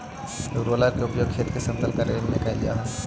roller के उपयोग खेत के समतल करे में कैल जा हई